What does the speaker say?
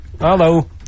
Hello